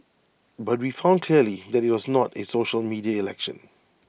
but we've found clearly that IT was not A social media election